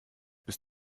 bis